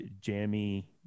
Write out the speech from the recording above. jammy